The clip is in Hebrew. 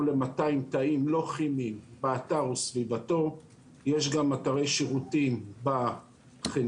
ל-200 תאים לא כימיים באתר וסביבתו; יש גם אתרי שירותים בחניונים,